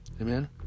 amen